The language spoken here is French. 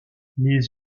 les